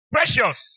Precious